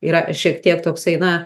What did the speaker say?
yra šiek tiek toksai na